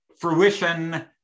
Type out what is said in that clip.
fruition